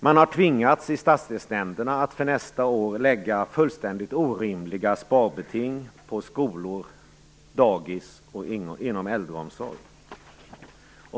Man har i stadsdelsnämnderna tvingats att för nästa år lägga fullständigt orimliga sparbeting på skolor och dagis och inom äldreomsorg.